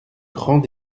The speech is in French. grand